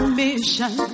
mission